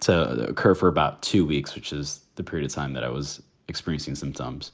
to occur for about two weeks, which is the period of time that i was experiencing symptoms.